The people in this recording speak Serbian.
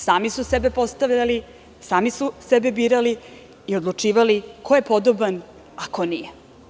Sami su sebe postavljali, sami su sebe birali i odlučivali ko je podoban a ko nije.